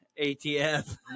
ATF